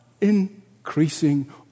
increasing